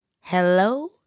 Hello